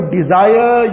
desire